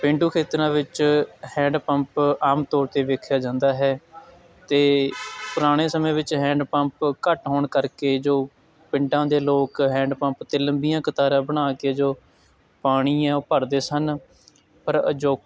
ਪੇਂਡੂ ਖੇਤਰਾਂ ਵਿੱਚ ਹੈਂਡ ਪੰਪ ਆਮ ਤੌਰ 'ਤੇ ਵੇਖਿਆ ਜਾਂਦਾ ਹੈ ਅਤੇ ਪੁਰਾਣੇ ਸਮੇਂ ਵਿੱਚ ਹੈਂਡ ਪੰਪ ਘੱਟ ਹੋਣ ਕਰਕੇ ਜੋ ਪਿੰਡਾਂ ਦੇ ਲੋਕ ਹੈਂਡ ਪੰਪ 'ਤੇ ਲੰਬੀਆਂ ਕਤਾਰਾਂ ਬਣਾ ਕੇ ਜੋ ਪਾਣੀ ਹੈ ਉਹ ਭਰਦੇ ਸਨ ਪਰ ਅਜੋ